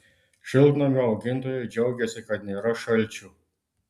šiltnamių augintojai džiaugiasi kad nėra šalčių